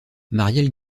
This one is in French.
marielle